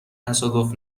تصادف